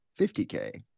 50K